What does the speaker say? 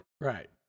Right